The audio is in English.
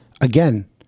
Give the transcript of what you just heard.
Again